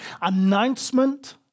announcement